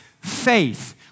faith